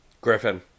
Griffin